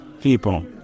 people